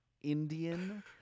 Indian